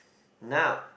now